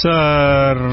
Sir